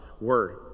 word